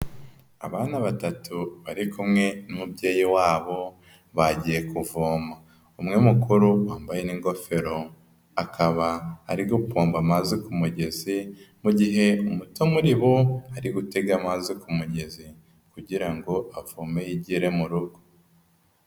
Abana batatu bari kumwe n'umubyeyi wabo bagiye kuvoma. Umwe mukuru wambaye n'ingofero, akaba ari gupomba amazi ku mugezi, mu gihe umuto muri bo ari gutega amazi ku mugezi kugira ngo avome yigire mu rugo.